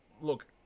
look